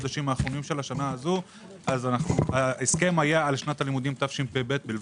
החודשים האחרונים של השנה הזו - ההסכם היה על שנת הלימודים תשפ"ב בלבד.